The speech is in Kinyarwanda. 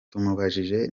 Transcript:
tumubajije